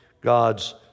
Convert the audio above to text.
God's